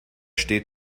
steht